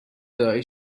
ارائه